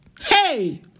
Hey